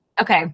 okay